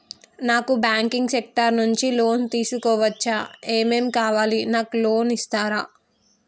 నాకు banking sector నుంచి loan తీసుకోవచ్చా? ఏమేం కావాలి? నాకు లోన్ ఇస్తారా?